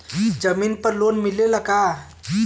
जमीन पर लोन मिलेला का?